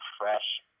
fresh